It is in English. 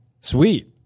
Sweet